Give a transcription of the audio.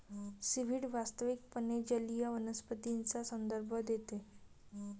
seaweed वास्तविकपणे जलीय वनस्पतींचा संदर्भ देते